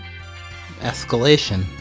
escalation